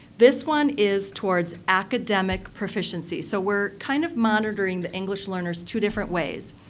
this one is towards academic proficiency. so, we're kind of monitoring the english learners two different ways.